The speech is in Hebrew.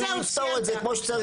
אז הוא יפתור את זה כמו שצריך.